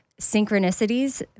synchronicities